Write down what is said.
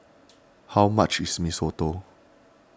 how much is Mee Soto